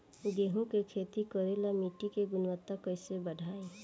गेहूं के खेती करेला मिट्टी के गुणवत्ता कैसे बढ़ाई?